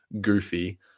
goofy